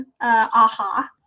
aha